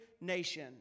nation